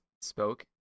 spoke